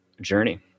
journey